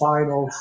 Final